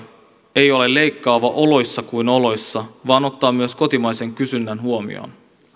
ei ole leikkaavaa oloissa kuin oloissa vaan ottaa myös kotimaisen kysynnän huomioon